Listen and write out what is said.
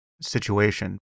situation